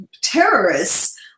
terrorists